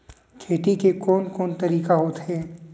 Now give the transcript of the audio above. खेती के कोन कोन तरीका होथे?